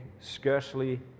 scarcely